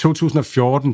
2014